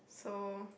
so